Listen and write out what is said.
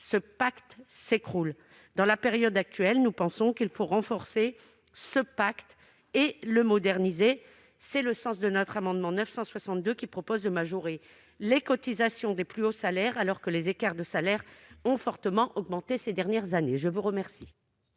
le pacte s'écroulera. Dans la période actuelle, nous pensons qu'il faudrait renforcer ce pacte et le moderniser. C'est le sens de notre amendement n° 962, qui vise à majorer les cotisations des plus hauts salaires, alors que les écarts de salaires ont fortement augmenté ces dernières années. Quel